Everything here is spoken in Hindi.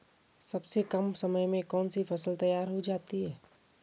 सबसे कम समय में कौन सी फसल तैयार हो जाती है?